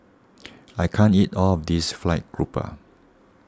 I can't eat all of this Fried Grouper